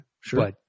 Sure